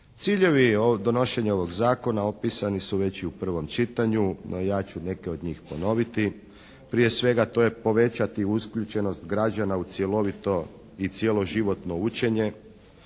Ciljevi donošenja ovog zakona opisan i su već i u prvom čitanju no ja ću neke od njih ponoviti. Prije svega to je povećati uključenost građana u cjelovito i cjeloživotno učenje,